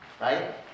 right